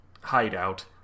hideout